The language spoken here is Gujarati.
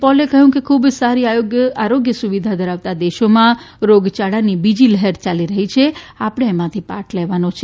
પૌલે કહ્યું કે ખૂબ સારી આરોગ્ય સુવિધા ઘરાવતા દેશોમાં રોગયાળાની બીજી લહેર યાલી રહી છે આપડે એમાંથી પાઠ લેવાનો છે